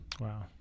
Wow